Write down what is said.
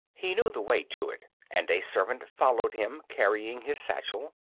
he knew the way to it and a servant followed him, carrying his satchel.